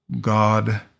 God